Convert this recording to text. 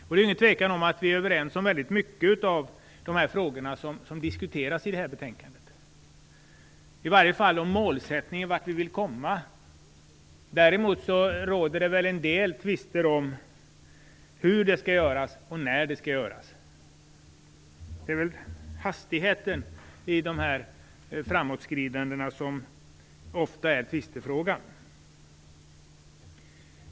Det råder inget tvivel om att vi är överens i väldigt många av de frågor som diskuteras i det här betänkandet, i varje fall när det gäller målsättningen, vart vi vill komma. Däremot finns det väl en del tvister om hur det skall göras och när det skall göras. Det är ofta hastigheten i framåtskridandena som är tvistefrågan.